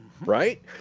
right